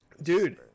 Dude